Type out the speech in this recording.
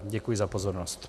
Děkuji za pozornost.